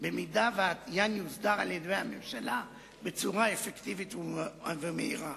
אם העניין יוסדר על-ידי הממשלה בצורה אפקטיבית ומהירה.